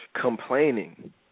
Complaining